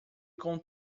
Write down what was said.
com